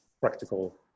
practical